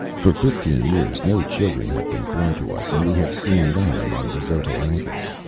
for fifteen years no children have been born to us, and we have seen none among the xotalancas.